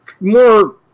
more